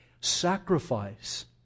Sacrifice